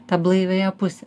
tą blaiviąją pusę